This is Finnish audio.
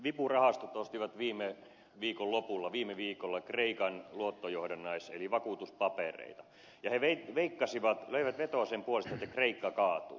vipurahastot ostivat viime viikolla kreikan luottojohdannais eli vakuutuspapereita ja he veikkasivat löivät vetoa sen puolesta että kreikka kaatuu